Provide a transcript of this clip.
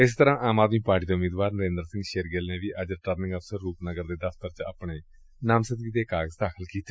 ਇਸੇ ਤਰ੍ਹਾਂ ਆਮ ਆਦਮੀ ਪਾਰਟੀ ਦੇ ਉਮੀਦਵਾਰ ਨਰਿੰਦਰ ਸਿੰਘ ਸ਼ੇਰਗਿੱਲ ਨੇ ਵੀ ਅੱਜ ਰਿਟਰਨਿੰਗ ਅਫ਼ਸਰ ਰੁਪਨਗਰ ਦੇ ਦਫ਼ਤਰ ਵਿੱਚ ਆਪਣੇ ਨਾਮਜ਼ਦਗੀ ਪੇਪਰ ਦਾਖਲ ਕੀਤੇ